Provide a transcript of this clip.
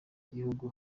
gihugu